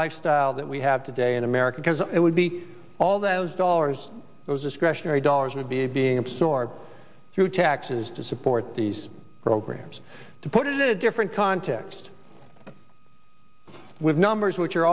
lifestyle that we have today in america because it would be all those dollars those discretionary dollars would be a being absorbed through taxes to support these programs to put it in a different context with numbers which are